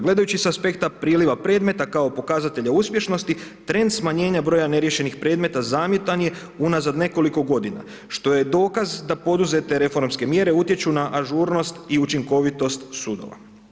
Gledajući sa aspekta priliva predmeta kao pokazatelja uspješnosti trend smanjenja broja neriješenih predmeta zamjetan je unazad nekoliko godina što je dokaz da poduzete reformske mjere utječu na ažurnost i učinkovitost sudova.